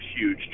huge